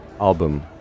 album